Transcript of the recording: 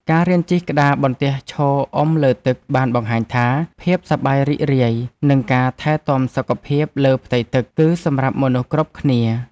ការរៀនជិះក្តារបន្ទះឈរអុំលើទឹកបានបង្ហាញថា ភាពសប្បាយរីករាយ និងការថែទាំសុខភាពលើផ្ទៃទឹក គឺសម្រាប់មនុស្សគ្រប់គ្នា។